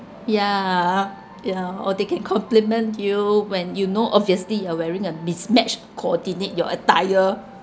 yeah ya or they can compliment you when you know obviously you are wearing a mismatch coordinate your attire